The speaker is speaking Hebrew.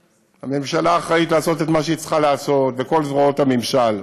הממשלה אחראית לעשות את מה שהיא צריכה לעשות בכל זרועות הממשל,